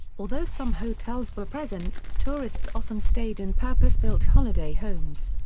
although some hotels were present, tourists often stayed in purpose-built holiday homes.